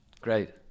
great